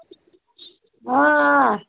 آ آ